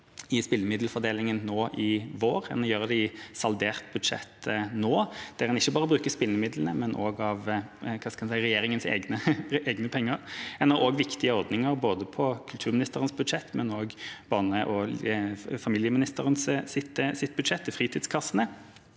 i spillemiddelfordelingen i vår, og vi gjør det i saldert budsjett nå, der en ikke bare bruker spillemidlene, men også av – hva skal jeg si – regjeringas egne penger. En har også viktige ordninger på både kulturministerens budsjett og barne- og familieministerens budsjett til fritidskassene.